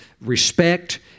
respect